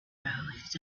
his